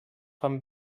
fan